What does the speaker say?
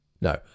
No